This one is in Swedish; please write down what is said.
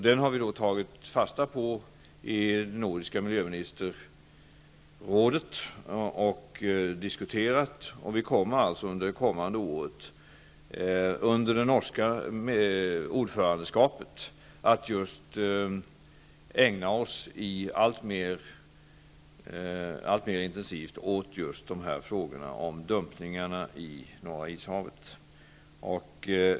Den har vi i Nordiska miljöministerrådet tagit fasta på och diskuterat, och vi kommer under det kommande året, under det norska ordförandeskapet, att alltmer intensivt ägna oss åt just frågorna om dumpningarna i Norra Ishavet.